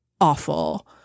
awful